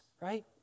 right